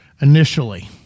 initially